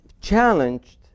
challenged